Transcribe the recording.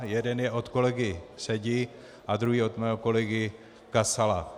Jeden je od kolegy Sedi a druhý od mého kolegy Kasala.